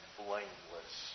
blameless